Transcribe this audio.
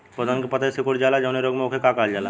पौधन के पतयी सीकुड़ जाला जवने रोग में वोके का कहल जाला?